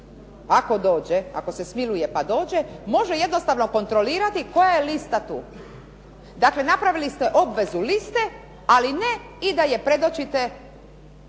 ako dođe, ako se smiluje i dođe može kontrolirati koja je lista tu. Dakle, napravili ste obvezu liste ali i ne da je predočite